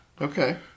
Okay